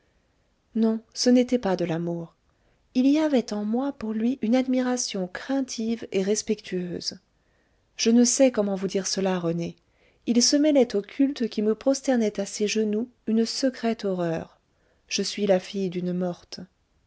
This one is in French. non ce n'était pas de l'amour il y avait en moi pour lui une admiration craintive et respectueuse je ne sais comment vous dire cela rené il se mêlait au culte qui me prosternait à ses genoux une secrète horreur je suis la fille d'une morte